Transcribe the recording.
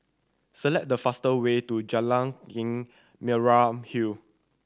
select the fastest way to Jalan Merah Hill